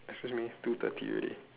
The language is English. excuse me two thirty already